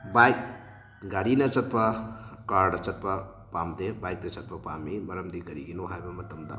bike ꯒꯥꯔꯤꯅ ꯆꯠꯄ ꯀꯥꯔꯗ ꯆꯠꯄ ꯄꯥꯝꯗꯦ ꯕꯥꯏꯛꯇ ꯆꯠꯄ ꯄꯥꯝꯃꯤ ꯃꯔꯝꯗꯤ ꯀꯔꯤꯒꯤꯅꯣ ꯍꯥꯏꯕ ꯃꯇꯝꯗ